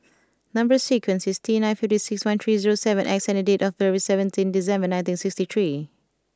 number sequence is T nine five six one three zero seven X and date of birth is seventeen December nineteen sixty three